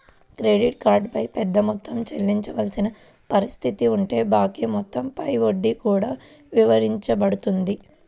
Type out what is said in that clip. credit card పై పెద్ద మొత్తం చెల్లించవలసిన పరిస్థితి ఉంటే బాకీ మొత్తం పై వడ్డీ కూడా విధించబడుతుంది